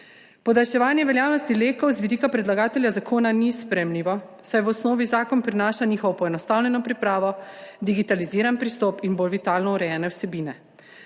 Podaljševanje veljavnosti LEK-ov z vidika predlagatelja zakona ni sprejemljivo, saj v osnovi zakon prinaša njihovo poenostavljeno pripravo, digitaliziran pristop in bolj vitalno urejene vsebine.